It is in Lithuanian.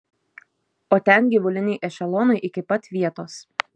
o ten gyvuliniai ešelonai iki pat vietos